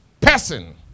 Person